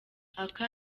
aka